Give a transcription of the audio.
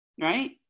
right